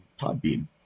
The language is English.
Podbean